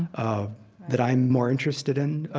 ah that i'm more interested in.